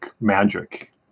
magic